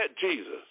Jesus